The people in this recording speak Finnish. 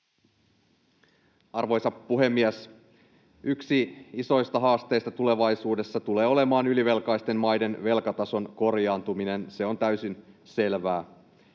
Arvoisa puhemies! Yksi isoista haasteista tulevaisuudessa tulee olemaan ylivelkaisten maiden velkatason korjaantuminen. Se on täysin selvää.